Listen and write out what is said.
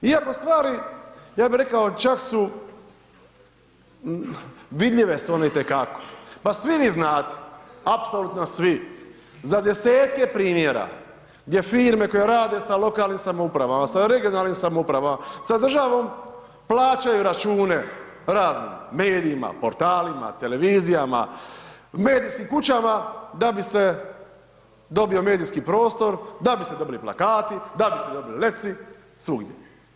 Iako stvari, ja bih rekao čak su, vidljive su one itekako, pa svi vi znate, apsolutno svi, za desetke primjera gdje firme koje rade sa lokalnim samoupravama, sa regionalnim samoupravama, sa državom, plaćaju račune raznim medijima, portalima, televizijama, medijskim kućama, da bi se dobio medijski prostor, da bi se dobili plakati, da bi se dobili letci, svugdje.